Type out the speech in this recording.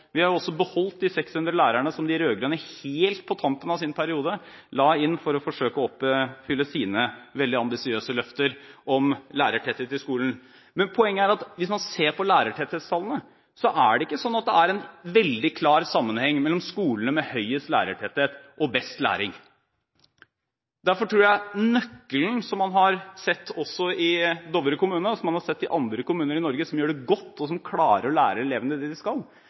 Vi har også beholdt de 600 lærerne som de rød-grønne helt på tampen av sin periode la inn for å forsøke å oppfylle sine veldig ambisiøse løfter om lærertetthet i skolen. Poenget er at hvis man ser på lærertetthetstallene, er det ikke slik at det er en veldig klar sammenheng mellom skolene med høyest lærertetthet og skolene med best læring. Derfor tror jeg det man har sett i Dovre kommune – og som man har sett i andre kommuner i Norge som gjør det godt, og som klarer å lære elevene det de skal